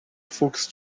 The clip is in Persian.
فوکس